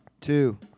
two